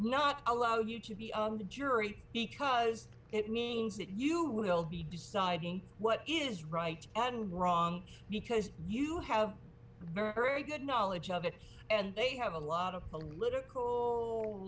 not allow you to be on the jury because it means that you will be deciding what is right and wrong because you have a good knowledge of it and they have a lot of